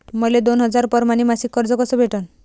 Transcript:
मले दोन हजार परमाने मासिक कर्ज कस भेटन?